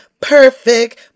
perfect